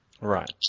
Right